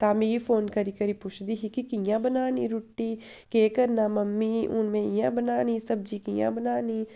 तां मिगी फोन करी करी पुछदी ही कि कि'यां बनानी रुट्टी केह् करना मम्मी हुन में इ'यां बनानी सब्जी कि'यां बनानी